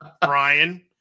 Brian